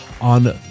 on